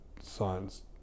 science